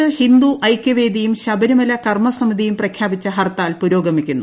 സംസ്ഥാനത്ത് ഹിന്ദു ഐക്യവേദിയും ശബരിമല കർമ്മസമിതിയും പ്രഖ്യാപിച്ച ഹർത്താൽ പുരോഗമിക്കുന്നു